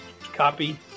copy